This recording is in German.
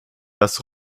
das